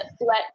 let